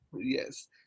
Yes